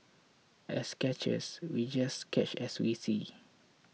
as sketchers we just sketch as we see